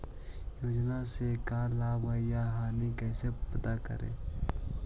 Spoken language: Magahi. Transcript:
योजना से का लाभ है या हानि कैसे पता करी?